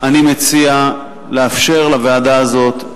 אני מציע לאפשר לוועדה הזאת,